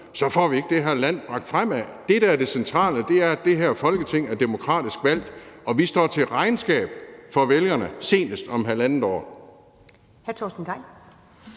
så ville vi ikke få det her land bragt fremad. Det, der er det centrale, er, at det her Folketing er demokratisk valgt, og vi står til regnskab for vælgerne senest om halvandet år.